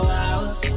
hours